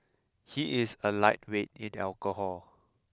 he is a lightweight in alcohol